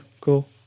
cool